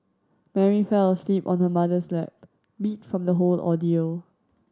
Mary fell asleep on her mother's lap beat from the whole ordeal